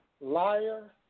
liar